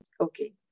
Okay